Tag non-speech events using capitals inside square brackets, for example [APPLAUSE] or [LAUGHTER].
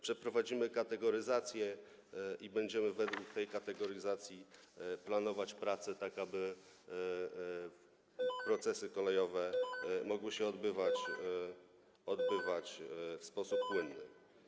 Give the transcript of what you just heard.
Przeprowadzimy kategoryzację i będziemy według tej kategoryzacji planować prace, tak aby [NOISE] procesy kolejowe mogły się odbywać w sposób płynny.